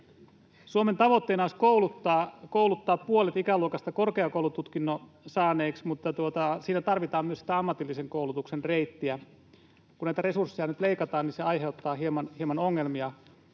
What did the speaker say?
Suomen tavoitteena olisi kouluttaa puolet ikäluokasta korkeakoulututkinnon saaneiksi, mutta siinä tarvitaan myös sitä ammatillisen koulutuksen reittiä. Kun näitä resursseja nyt leikataan, niin se aiheuttaa hieman ongelmia.